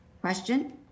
question